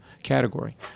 category